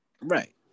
right